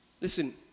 Listen